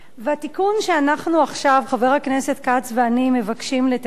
התיקון שחבר הכנסת כץ ואני מבקשים לתקן,